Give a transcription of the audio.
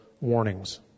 warnings